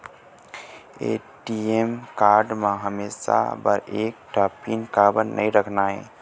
ATM card म हमेशा बर एक ठन पिन काबर नई रखना हे?